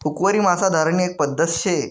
हुकवरी मासा धरानी एक पध्दत शे